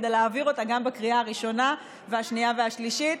כדי להעביר אותה גם בקריאה הראשונה והשנייה והשלישית.